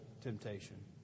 temptation